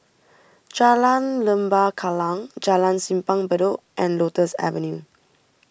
Jalan Lembah Kallang Jalan Simpang Bedok and Lotus Avenue